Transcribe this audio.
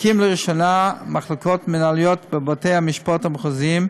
הקים לראשונה מחלקות מינהליות בבתי-המשפט המחוזיים,